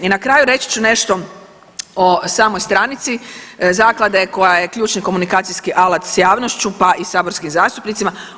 I na kraju, reći ću nešto o samoj stranici Zaklade koja je ključni komunikacijski alat s javnošću pa i saborskim zastupnicima.